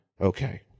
Okay